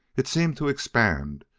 it seemed to expand,